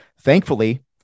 Thankfully